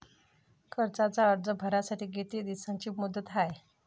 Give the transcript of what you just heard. कर्जाचा अर्ज भरासाठी किती दिसाची मुदत हाय?